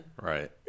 Right